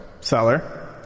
Seller